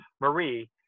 Marie